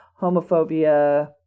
homophobia